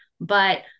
But-